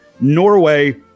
Norway